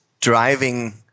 driving